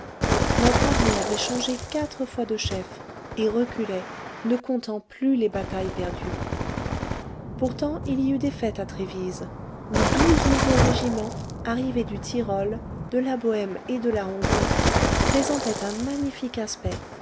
notre armée avait changé quatre fois de chef et reculait ne comptant plus les batailles perdues pourtant il y eut des fêtes à trévise où douze nouveaux régiments arrivés du tyrol de la bohême et de la hongrie présentait un magnifique aspect